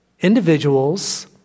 individuals